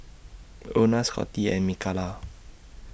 Ona Scottie and Mikalah